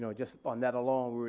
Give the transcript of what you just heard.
so just on that alone,